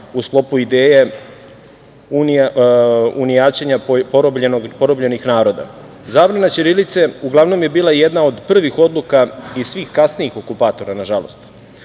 u sklopu ideje unijaćenja porobljenih naroda. Zabrana ćirilice uglavnom je bila jedna od prvih odluka i svih kasnijih okupatora, nažalost.